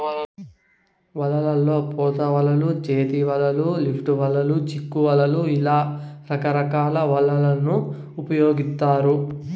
వలల్లో పోత వలలు, చేతి వలలు, లిఫ్ట్ వలలు, చిక్కు వలలు ఇలా రకరకాల వలలను ఉపయోగిత్తారు